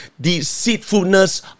deceitfulness